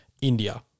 india